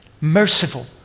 Merciful